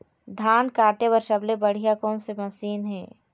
धान काटे बर सबले बढ़िया कोन से मशीन हे?